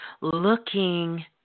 looking